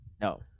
No